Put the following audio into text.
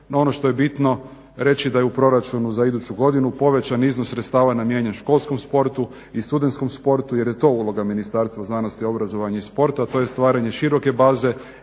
ono što je bitno reći da je u proračunu za iduću godinu povećan iznos sredstava namijenjen školskom sportu i studentskom sportu jer je to uloga Ministarstva znanosti, obrazovanja i sporta, a to je stvaranje široke baze